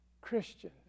Christian